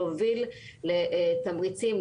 להוביל לתמריצים,